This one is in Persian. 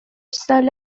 سال